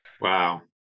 Wow